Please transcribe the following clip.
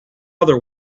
other